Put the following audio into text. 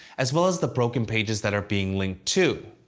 as well as the broken pages that are being linked to.